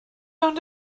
rownd